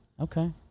Okay